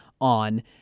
on